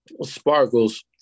Sparkles